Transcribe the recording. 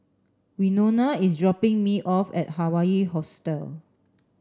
Winona is dropping me off at Hawaii Hostel